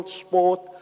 sport